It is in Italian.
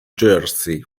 jersey